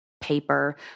paper